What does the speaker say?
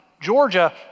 Georgia